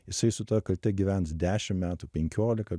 jisai su ta kalte gyvens dešim metų penkiolika